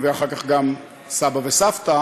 ואחר כך גם סבא וסבתא,